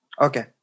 Okay